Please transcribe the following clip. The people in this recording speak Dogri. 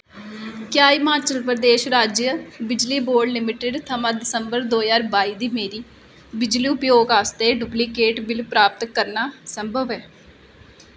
क्या हिमाचल प्रदेश राज्य बिजली बोर्ड लिमिटेड थमां दिसंबर दो ज्हार बाई दी मेरी बिजली उपयोग आस्तै डुप्लीकेट बिल प्राप्त करना संभव ऐ